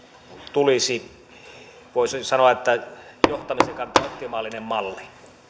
tulisi voisin sanoa johtamisen kannalta optimaalinen malli